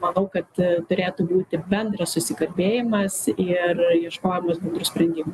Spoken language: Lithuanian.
manau kad turėtų būti bendras susikalbėjimas ir ieškojimas bendrų sprendimų